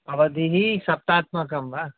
भवद्भिः सप्तात्मकं वा